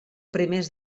primers